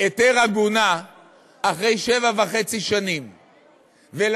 היתר עגונה אחרי שבע שנים וחצי.